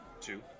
two